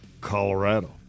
Colorado